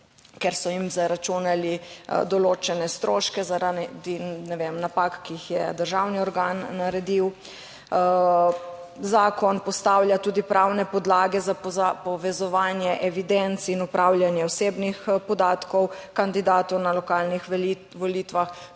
ker so jim zaračunali določene stroške zaradi napak, ki jih je državni organ naredil. Zakon postavlja tudi pravne podlage za povezovanje evidenc in upravljanje osebnih podatkov kandidatov na lokalnih volitvah,